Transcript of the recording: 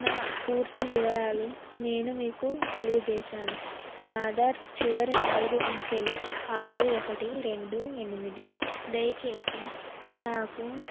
నా పూర్తి వివరాలు నేను మీకు తెలియజేేశాను నా ఆధార్ చివరి నాలుగు అంకెలు ఆరు ఒకటి రెండు ఎనిమిది దయచేసి నాకు